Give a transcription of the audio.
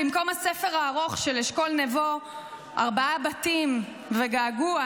במקום הספר הארוך של אשכול נבו "ארבעה בתים וגעגוע",